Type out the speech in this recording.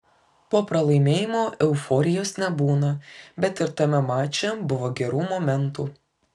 po pralaimėjimo euforijos nebūna bet ir tame mače buvo gerų momentų